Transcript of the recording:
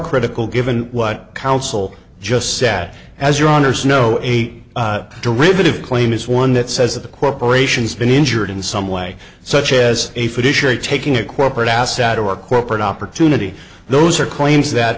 critical given what council just sat as your honour's know a derivative claim is one that says that the corporation's been injured in some way such as a fiduciary taking a corporate asset or corporate opportunity those are claims that